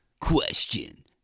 Question